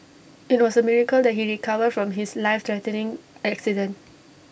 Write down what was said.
IT was A miracle that he recover from his life threatening accident